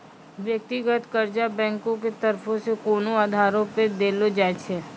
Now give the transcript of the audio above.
व्यक्तिगत कर्जा बैंको के तरफो से कोनो आधारो पे देलो जाय छै